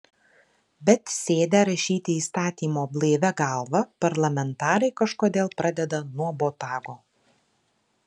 bet sėdę rašyti įstatymo blaivia galva parlamentarai kažkodėl pradeda nuo botago